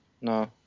No